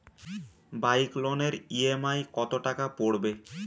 Bike লোনের EMI কত টাকা পড়বে?